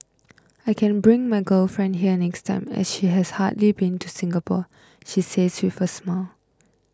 I can bring my girlfriend here next time as she has hardly been to Singapore he says with a smile